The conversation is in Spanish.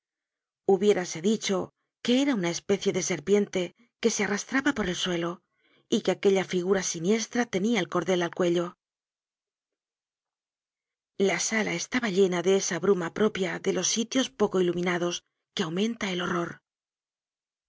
hubiérase dicho que era una especie de serpiente que se arrastraba por el suelo y que aquella figura siniestra tenia el cordel al cuello la sala estaba llena de esa bruma propia de los sitios poco iluminados que aumenta el horror